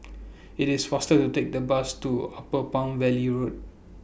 IT IS faster to Take The Bus to Upper Palm Valley Road